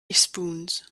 spoons